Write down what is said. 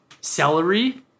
celery